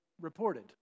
reported